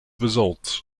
results